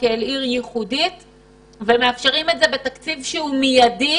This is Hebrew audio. כעיר ייחודית ומאפשרים את זה בתקציב מידי.